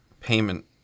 payment